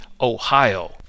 Ohio